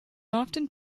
often